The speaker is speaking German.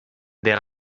der